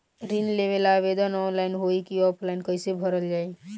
ऋण लेवेला आवेदन ऑनलाइन होई की ऑफलाइन कइसे भरल जाई?